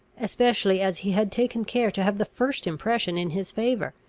especially as he had taken care to have the first impression in his favour.